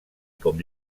com